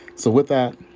so with that,